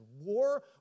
war